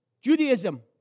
Judaism